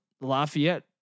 Lafayette